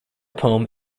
poem